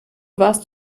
warst